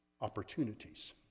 opportunities